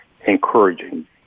encouraging